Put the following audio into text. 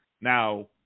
Now